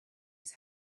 his